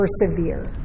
persevere